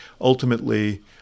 Ultimately